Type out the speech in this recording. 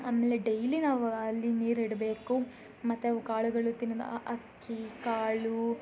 ಆಮೇಲೆ ಡೈಲಿ ನಾವು ಅಲ್ಲಿ ನೀರು ಇಡಬೇಕು ಮತ್ತು ಅವು ಕಾಳುಗಳು ತಿನ್ನುದು ಅಕ್ಕಿ ಕಾಳು